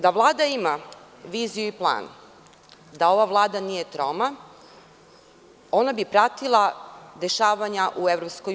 Da Vlada ima viziju i plan, da ova Vlada nije troma, ona bi pratila dešavanja u EU.